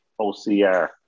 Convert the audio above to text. OCR